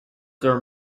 their